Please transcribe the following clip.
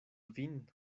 vin